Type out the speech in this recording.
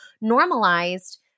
normalized